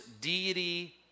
deity